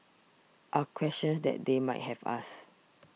are questions that they might have asked